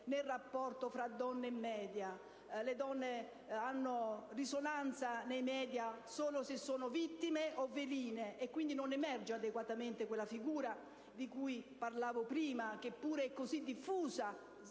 nel rapporto tra donne e *media*. Le donne hanno risonanza nei *media* solo se sono vittime o veline: quindi non emerge adeguatamente quella figura di cui parlavo prima, che pure è così diffusa,